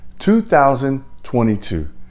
2022